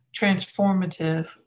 transformative